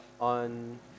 on